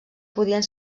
podien